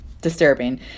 disturbing